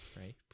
right